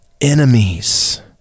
enemies